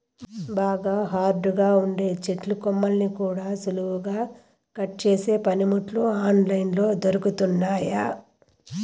బాగా హార్డ్ గా ఉండే చెట్టు కొమ్మల్ని కూడా సులువుగా కట్ చేసే పనిముట్లు ఆన్ లైన్ లో దొరుకుతున్నయ్యి